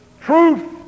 truth